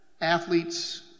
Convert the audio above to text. athletes